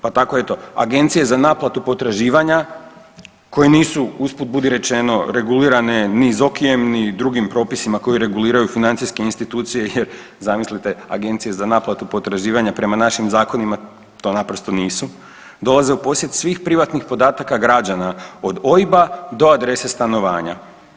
Pa tako eto, agencije za naplatu potraživanja koje nisu, usput, budi rečeno, regulirane ni ZOKI-jem ni drugim propisima koji reguliraju financijske institucije jer, zamislite, agencije za naplatu potraživanja prema našim zakonima to naprosto nisu, dolaze u posjed svih privatnih podataka građana, od OIB-a do adrese stanovanja.